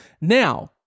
Now